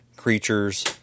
Creatures